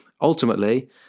ultimately